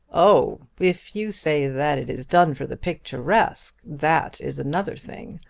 oh if you say that it is done for the picturesque, that is another thing.